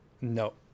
No